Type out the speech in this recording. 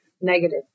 negative